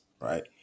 right